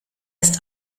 ist